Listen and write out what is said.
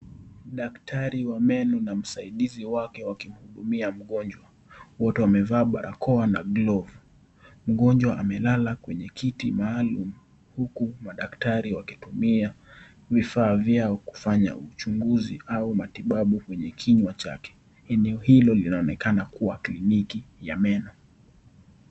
Daktari wa meno na msaidizi wake wakihudumia mgonjwa, wote wamevaa barakoa na glovu. Mgonjwa amelala kwenye kiti maalum huku madaktari wakitumia vifaa vyao kufanya uchunguzi au matibabu kwenye kinywa chake . Eneo hilo linaonekana kuwa kliniki ya meno.